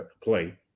play